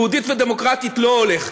יהודית ודמוקרטית, לא הולך.